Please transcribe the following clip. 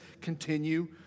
continue